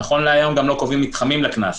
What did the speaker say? נכון להיום גם לא קובעים מתחמים לקנס,